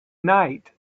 night